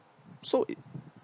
so it